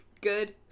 good